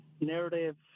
narrative